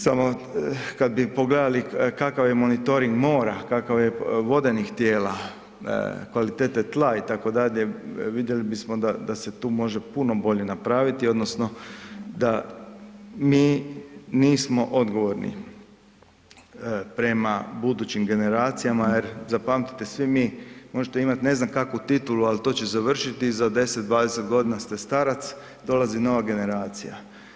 Samo kada bi pogledali kakav je monitoring mora, kakav je vodenih tijela, kvalitete tla itd., vidjeli bismo da se tu može puno bolje napraviti odnosno da mi nismo odgovorni prema budućim generacijama jer zapamtite svi mi možete imati ne znam kakvu titulu, ali to će završiti i za 10, 20 godina ste starac, dolazi nova generacija.